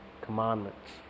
commandments